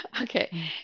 okay